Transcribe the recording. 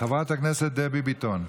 חברת הכנסת דבי ביטון.